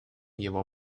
его